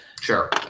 Sure